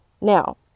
Now